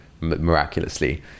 Miraculously